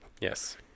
Yes